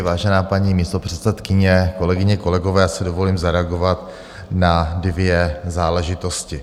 Vážená paní místopředsedkyně, kolegyně, kolegové, já si dovolím zareagovat na dvě záležitosti.